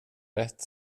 rätt